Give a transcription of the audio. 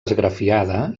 esgrafiada